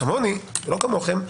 כמוני ולא כמוכם,